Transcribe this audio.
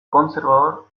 conservador